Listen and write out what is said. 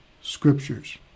scriptures